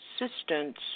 assistance